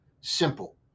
Simple